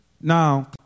Now